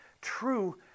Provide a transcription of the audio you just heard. true